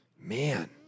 Man